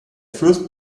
fürst